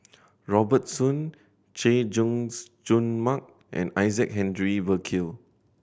Robert Soon Chay Jung Jun Mark and Isaac Henry Burkill